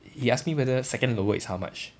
he ask me whether second lower is how much